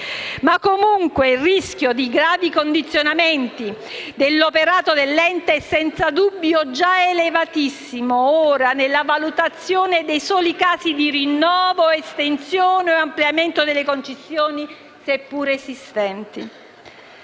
Comunque, il rischio di gravi condizionamenti dell'operato dell'ente è senza dubbio già elevatissimo ora nella valutazione dei soli casi di rinnovi, estensioni o ampliamenti delle concessioni, seppure esistenti.